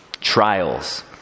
trials